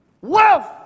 wealth